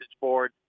board